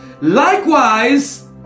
Likewise